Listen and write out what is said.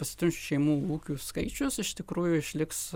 pasiturinčių šeimų ūkių skaičius iš tikrųjų išliks